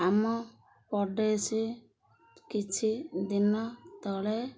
ଆମ ପଡ଼ୋଶୀ କିଛି ଦିନ ତଳେ